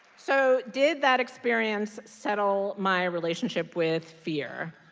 so did that experience settle my relationship with fear?